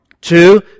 Two